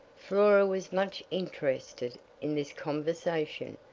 flora was much interested in this conversation,